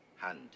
hand